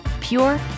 Pure